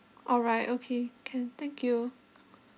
all right okay can thank you